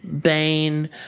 Bane